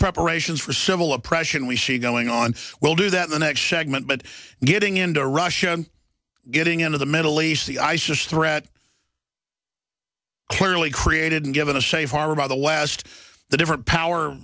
preparations for civil oppression we see going on we'll do that the next segment but getting into russia and getting into the middle east the isis threat clearly created and given a safe harbor by the west the different power